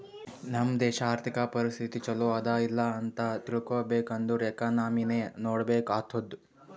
ನಮ್ ದೇಶಾ ಅರ್ಥಿಕ ಪರಿಸ್ಥಿತಿ ಛಲೋ ಅದಾ ಇಲ್ಲ ಅಂತ ತಿಳ್ಕೊಬೇಕ್ ಅಂದುರ್ ಎಕನಾಮಿನೆ ನೋಡ್ಬೇಕ್ ಆತ್ತುದ್